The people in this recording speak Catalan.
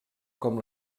com